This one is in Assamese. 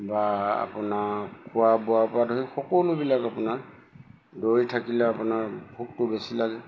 বা আপোনাৰ খোৱা বোৱা পৰা ধৰি সকলোবিলাক আপোনাৰ দৌৰি থাকিলে আপোনাৰ ভোকটো বেছি লাগে